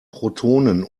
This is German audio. protonen